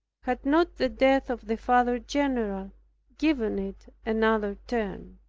had not the death of the father-general given it another turn.